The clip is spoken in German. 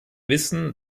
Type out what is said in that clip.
wissen